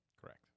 Correct